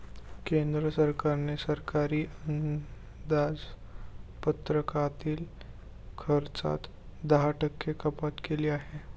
केंद्र सरकारने सरकारी अंदाजपत्रकातील खर्चात दहा टक्के कपात केली आहे